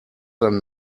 than